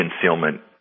concealment